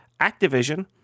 Activision